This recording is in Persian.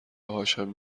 هاشم